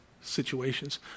situations